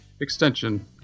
Extension